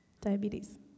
Diabetes